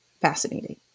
fascinating